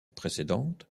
précédente